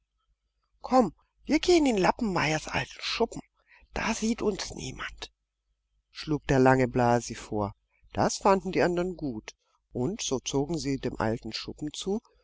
komm wir gehen in lappenmeyers alten schuppen da sieht uns niemand schlug der lange blasi vor das fanden die andern gut und so zogen sie dem alten schuppen zu